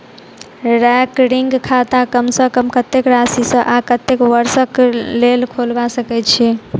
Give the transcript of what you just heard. recurring खाता कम सँ कम कत्तेक राशि सऽ आ कत्तेक वर्ष कऽ लेल खोलबा सकय छी